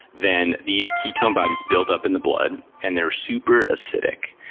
then these ketone bodies build up in the blood, and they're super acidic.